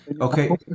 okay